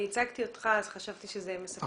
אני הצגתי אותך וחשבתי שזה מספק.